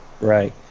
Right